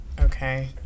okay